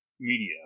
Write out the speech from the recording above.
media